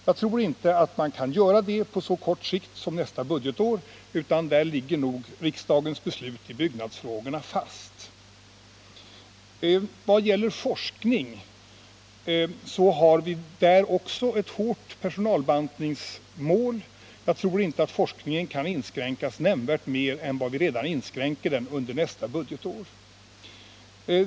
Jag tror inte att man kan göra det på så kort sikt som nästa budgetår, utan riksdagens beslut i byggnadsfrågorna ligger nog fast. Vad gäller forskningen har vi också ett hårt personalbantningsmål. Jag tror inte att forskningen kan inskränkas nämnvärt mer än vad vi redan inskränker den under nästa budgetår.